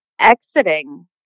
exiting